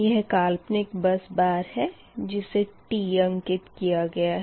यह काल्पनिक bus bar है जिसे t अंकित किया गया है